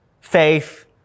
faith